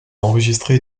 enregistrées